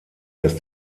dass